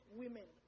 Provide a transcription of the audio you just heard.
women